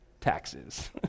taxes